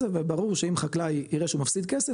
וברור שאם חקלאי יראה שהוא מפסיד כסף,